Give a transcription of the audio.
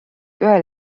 ühel